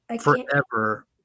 Forever